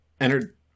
entered